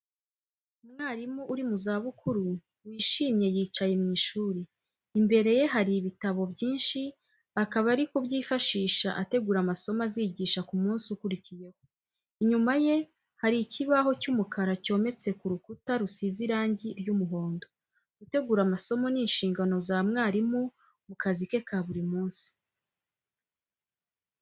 Umwarimu uri mu zabukuru wishimye yicaye mu ishuri, imbere ye hari ibitabo byinshi akaba ari kubyifashisha ategura amasomo azigisha ku munsi ukurikiyeho. Inyuma ye hari ikibaho cy'umukara cyometse ku rukuta rusize irangi ry'umuhondo. Gutegura amasomo ni inshingano za mwarimu mu kazi ke ka buri munsi.